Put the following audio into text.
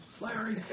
Larry